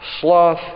Sloth